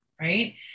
Right